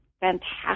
fantastic